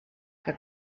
que